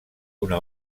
una